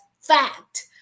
fact